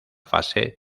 fase